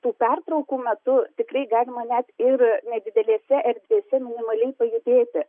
tų pertraukų metu tikrai galima net ir nedidelėse erdvėse minimaliai pajudėti